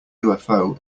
ufo